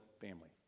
family